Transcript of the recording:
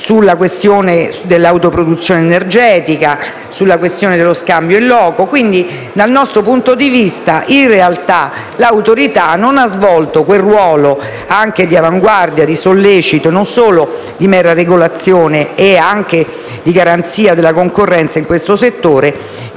competenti, sull'autoproduzione energetica e sulla questione dello scambio *in loco*. Pertanto, dal nostro punto di vista l'Autorità non ha svolto quel ruolo di avanguardia e di stimolo, non solo di mera regolazione e anche di garanzia della concorrenza in questo settore,